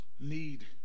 need